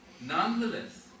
Nonetheless